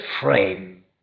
frame